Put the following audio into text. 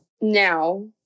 now